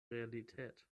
realität